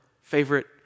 favorite